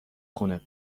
خونه